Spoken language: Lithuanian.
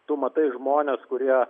tu matai žmones kurie